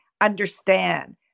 understand